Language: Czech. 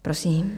Prosím.